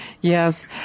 Yes